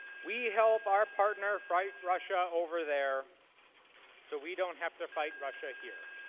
we help our partner fight russia over there so we don't have to fight russia here.